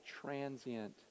transient